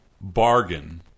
bargain